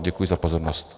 Děkuji za pozornost.